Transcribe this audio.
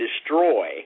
destroy